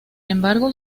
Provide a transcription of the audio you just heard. embargo